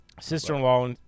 Sister-in-law